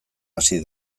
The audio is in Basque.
hasi